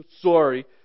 Sorry